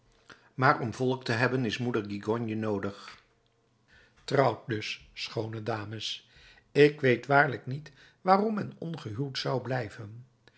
maar om volk te hebben is moeder gigogne noodig trouwt dus schoone dames ik weet waarlijk niet waarom men ongehuwd zou blijven